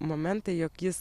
momentai jog jis